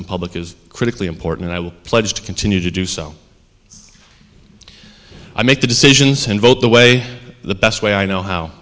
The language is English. in public is critically important i will pledge to continue to do so i make the decisions and vote the way the best way i know how